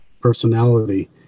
personality